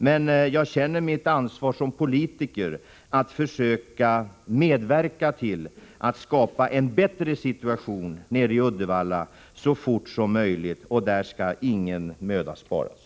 Men jag känner mitt ansvar som politiker att försöka medverka till att skapa en bättre situation nere i Uddevalla så fort som möjligt, och därvid skall ingen möda sparas.